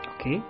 Okay